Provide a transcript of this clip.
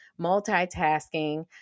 multitasking